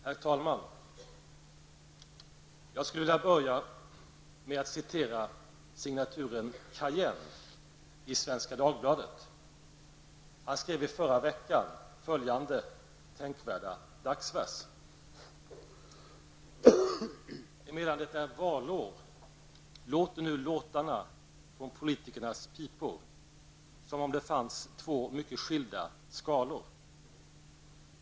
Herr talman! Jag skulle vilja börja med att citera signaturen Kajenn i Svenska Dagbladet. Han skrev i förra veckan följande tänkvärda dagsvers: Emedan det är valår låter nu låtarna från politikernas pipor som om det fanns två mycket skilda skalor.